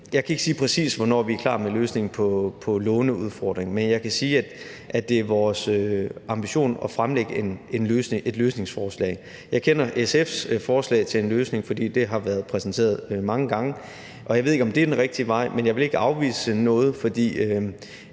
Jeg kan ikke sige, præcis hvornår vi er klar med løsningen på låneudfordringen. Men jeg kan sige, at det er vores ambition at fremlægge et løsningsforslag. Jeg kender SF's forslag til en løsning, for det har været præsenteret mange gange, og jeg ved ikke, om det er den rigtige vej, men jeg vil ikke afvise noget, for